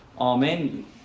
Amen